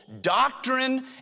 doctrine